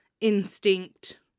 instinct